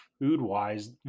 food-wise